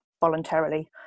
Voluntarily